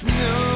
no